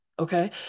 Okay